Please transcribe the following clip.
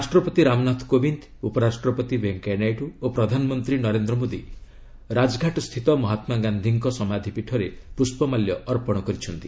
ରାଷ୍ଟ୍ରପତି ରାମନାଥ କୋବିନ୍ଦ ଉପରାଷ୍ଟ୍ରପତି ଭେଙ୍କିୟା ନାଇଡ଼ୁ ଓ ପ୍ରଧାନମନ୍ତ୍ରୀ ନରେନ୍ଦ୍ର ମୋଦି ରାଜଘାଟ୍ସ୍ଥିତ ମହାତ୍ମାଗାନ୍ଧିଙ୍କ ସମାଧି ପୀଠରେ ପୁଷ୍ପମାଲ୍ୟ ଅର୍ପଣ କରିଛନ୍ତି